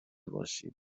باشیم